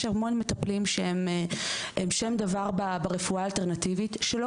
יש המון מטפלים שהם שם דבר ברפואה האלטרנטיבית שלא